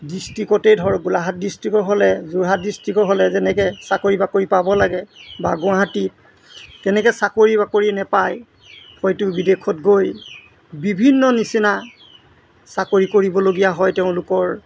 ডিষ্ট্ৰিকতে ধৰ গোলাঘাট ডিষ্ট্ৰিকৰ হ'লে যোৰহাট ডিষ্ট্ৰিকৰ হ'লে যেনেকৈ চাকৰি বাকৰি পাব লাগে বা গুৱাহাটী তেনেকৈ চাকৰি বাকৰি নাপায় হয়টো বিদেশত গৈ বিভিন্ন নিচিনা চাকৰি কৰিবলগীয়া হয় তেওঁলোকৰ